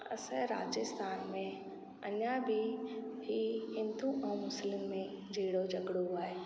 असांजे राजस्थान में अञा बि ही हिंदू ऐं मुस्लिम में जहिड़ो झॻिड़ो आहे